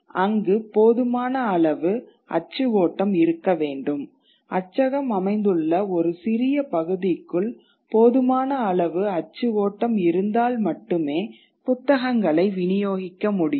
அங்கு போதுமான அளவு அச்சு ஓட்டம் இருக்க வேண்டும் அச்சகம் அமைந்துள்ள ஒரு சிறிய பகுதிக்குள் போதுமான அளவு அச்சு ஓட்டம் இருந்தால் மட்டுமே புத்தகங்களை வினியோகிக்க முடியும்